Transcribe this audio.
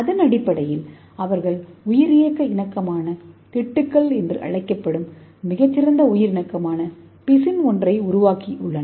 இதன் அடிப்படையில் அவர்கள் உயிரியக்க இணக்கமான திட்டுகள் என்று அழைக்கப்படும் மிகச்சிறந்த உயிர் இணக்கமான பிசின் ஒன்றை உருவாக்கியுள்ளனர்